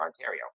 Ontario